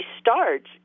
starts